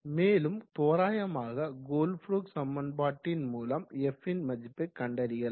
மேலும் தோராயமாக கோல்ப்ரூக் சமன்பாட்டின் மூலம் f ன் மதிப்பை கண்டறியலாம்